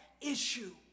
issue